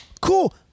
Cool